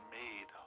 made